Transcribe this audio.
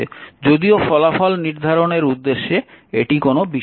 যদিও ফলাফল নির্ধারণের উদ্দেশ্যে এটি কোনও বিষয় নয়